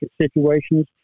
situations